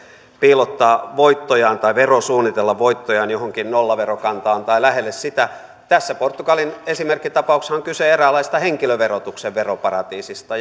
piilottaa voittojaan tai verosuunnitella voittojaan johonkin nollaverokantaan tai lähelle sitä tässä portugalin esimerkkitapauksessahan on kyse eräänlaisesta henkilöverotuksen veroparatiisista